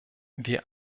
wir